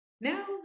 Now